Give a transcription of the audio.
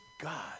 God